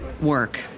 Work